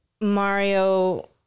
Mario